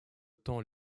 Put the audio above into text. temps